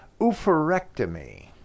oophorectomy